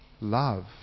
love